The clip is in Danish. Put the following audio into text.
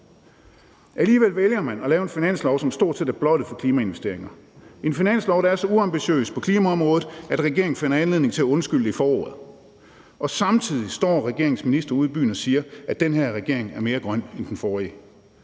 Alligevel vælger man at lave en finanslov, som stort set er blottet for klimainvesteringer; en finanslov, der er så uambitiøs på klimaområdet, at regeringen finder anledning til at undskylde for det i forordet. Samtidig står regeringens ministre ude i byen og siger, at den her regering er mere grøn end den forrige.